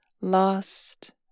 lost